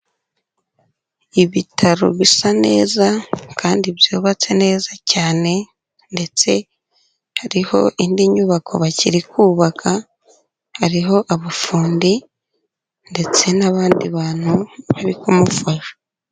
Ibitaro bisa neza kandi byubatse neza cyane ndetse hariho indi nyubako bakiri kubaka, hariho abafundi ndetse n'abandi bantu bari kumufasha.